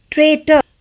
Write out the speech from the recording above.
Traitor